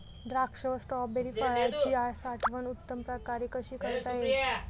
द्राक्ष व स्ट्रॉबेरी फळाची साठवण उत्तम प्रकारे कशी करता येईल?